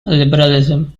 liberalism